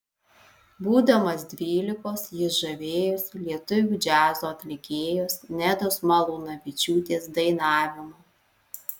būdamas dvylikos jis žavėjosi lietuvių džiazo atlikėjos nedos malūnavičiūtės dainavimu